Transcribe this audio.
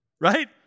right